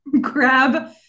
grab